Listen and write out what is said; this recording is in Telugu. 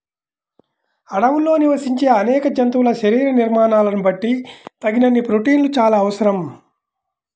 అడవుల్లో నివసించే అనేక జంతువుల శరీర నిర్మాణాలను బట్టి తగినన్ని ప్రోటీన్లు చాలా అవసరం